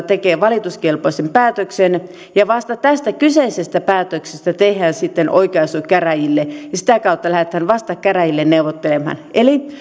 tekee valituskelpoisen päätöksen ja vasta tästä kyseisestä päätöksestä tehdään sitten oikaisu käräjille sitä kautta lähdetään vasta käräjille neuvottelemaan eli